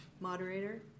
Moderator